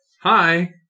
hi